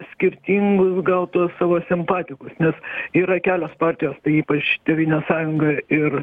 skirtingus gal tuos savo simpatikus nes yra kelios partijos tai ypač tėvynės sąjunga ir